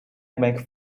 make